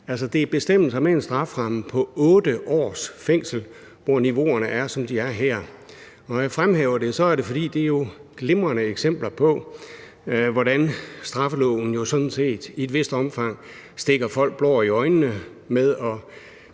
det er bestemmelser med en strafferamme på 8 års fængsel, hvor niveauerne er, som de er her. Når jeg fremhæver det, er det, fordi det er glimrende eksempler på, hvordan straffeloven jo sådan set i et vist omfang stikker folk blår i øjnene ved at